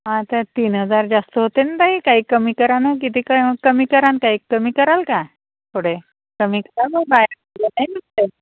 आता तीन हजार जास्त होते नं ताई काही कमी करा नं किती क कमी करा नं ताई कमी कराल का थोडे कमी